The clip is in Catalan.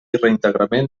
reintegrament